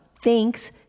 thanks